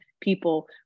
people